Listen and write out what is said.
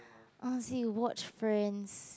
honestly watch friends